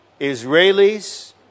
Israelis